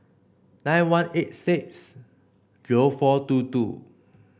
nine one eight six zero four two two